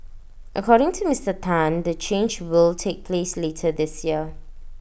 according to Mister Tan the change will take place later this year